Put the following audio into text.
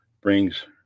brings